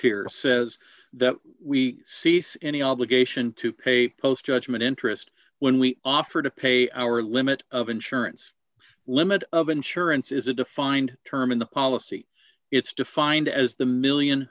here says that we cease any obligation to pay post judgment interest when we offer to pay our limit of insurance limit of insurance is a defined term in the policy it's defined as the one million